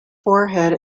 forehead